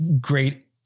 great